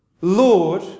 Lord